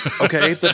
Okay